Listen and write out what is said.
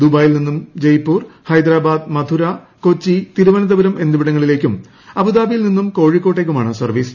ദുബായിൽ നിന്ന് ജയ്പൂർ ഹൈദരാബാദ് മധുര കൊച്ചി തിരുവനന്തപുരം എന്നിവിടങ്ങളിലേയ്ക്കും അബുദാബിയിൽ നിന്ന് കോഴിക്കോട്ടേയ്ക്കുമാണ് സർവ്വീസ്